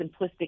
simplistic